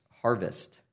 Harvest